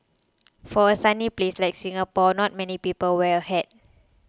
for a sunny place like Singapore not many people wear a hat